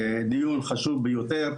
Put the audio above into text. דיון חשוב ביותר,